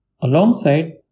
Alongside